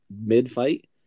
mid-fight